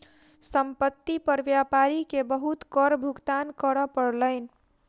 संपत्ति पर व्यापारी के बहुत कर भुगतान करअ पड़लैन